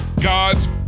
God's